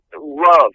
love